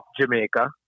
Jamaica